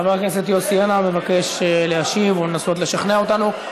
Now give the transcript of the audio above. חבר הכנסת יוסי יונה מבקש להשיב או לנסות לשכנע אותנו.